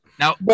Now